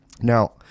Now